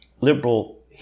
liberal